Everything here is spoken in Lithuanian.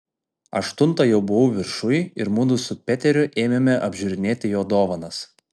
aštuntą jau buvau viršuj ir mudu su peteriu ėmėme apžiūrinėti jo dovanas